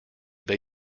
they